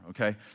okay